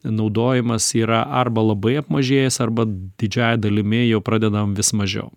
naudojimas yra arba labai apmažėjęs arba didžiąja dalimi jau pradedam vis mažiau